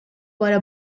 wara